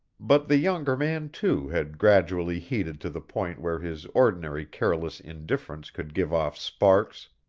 but the younger man, too, had gradually heated to the point where his ordinary careless indifference could give off sparks.